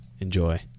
Enjoy